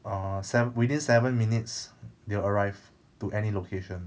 err sev~ within seven minutes they will arrive to any location